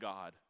God